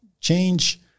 change